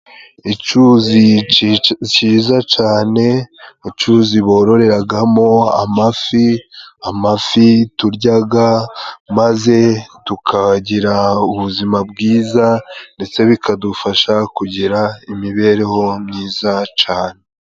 icuzi ciza cane, mu cuzi bororeragamo amafi, amafi turyaga maze tukagira ubuzima bwiza, ndetse bikadufasha kugira imibereho myiza cane.